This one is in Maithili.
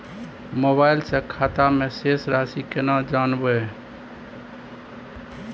मोबाइल से खाता में शेस राशि केना जानबे?